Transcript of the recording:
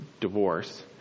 divorce